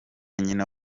nyina